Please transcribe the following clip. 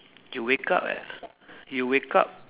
you wake up at you wake up